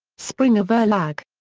springer-verlag.